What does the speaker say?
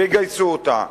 ויגייסו אותה.